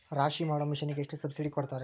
ರಾಶಿ ಮಾಡು ಮಿಷನ್ ಗೆ ಎಷ್ಟು ಸಬ್ಸಿಡಿ ಕೊಡ್ತಾರೆ?